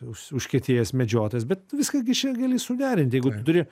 us užkietėjęs medžiotojas bet viską gi čia gali suderint jeigu tu turi